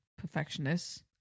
perfectionist